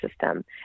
system